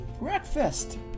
breakfast